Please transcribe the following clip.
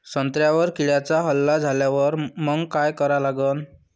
संत्र्यावर किड्यांचा हल्ला झाल्यावर मंग काय करा लागन?